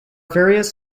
various